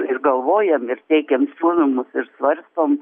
ir galvojam ir teikiam siūlymus ir svarstom